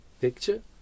picture